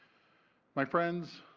my friends,